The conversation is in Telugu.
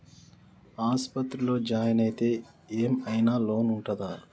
ఆస్పత్రి లో జాయిన్ అయితే ఏం ఐనా లోన్ ఉంటదా?